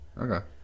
Okay